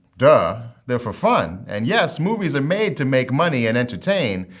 duh. they're for fun. and yes, movies are made to make money and entertain.